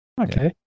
Okay